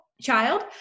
child